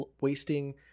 wasting